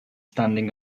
standing